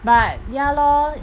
but ya lor